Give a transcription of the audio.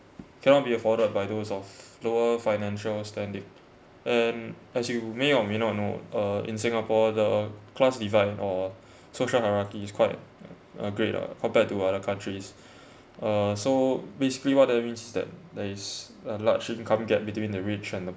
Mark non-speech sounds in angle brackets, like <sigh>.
cannot be afforded by those of lower financial standing and as you may or may not know uh in singapore the class divide or <breath> social hierarchy is quite uh great ah compared to other countries <breath> uh so basically what I mean is that there is a large income gap between the rich and the